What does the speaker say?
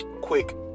Quick